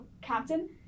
captain